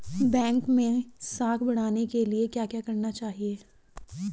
Bank मैं साख बढ़ाने के लिए क्या क्या करना चाहिए?